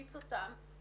אותי